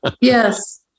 Yes